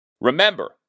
Remember